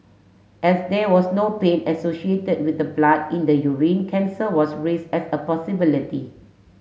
as there was no pain associated with the blood in the urine cancer was raise as a possibility